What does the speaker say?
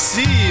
see